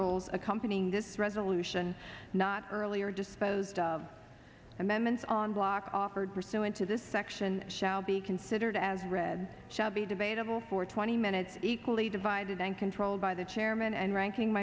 rules accompanying this resolution not earlier disposed of amendments on block offered pursuant to this section shall be considered as read shall be debatable for twenty minutes equally divided and controlled by the chairman and ranking